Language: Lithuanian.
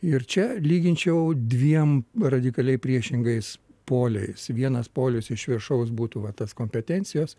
ir čia lyginčiau dviem radikaliai priešingais poliais vienas polius iš viršaus būtų va tos kompetencijos